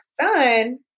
son